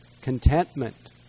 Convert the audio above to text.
contentment